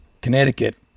Connecticut